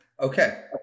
Okay